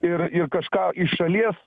ir ir kažką iš šalies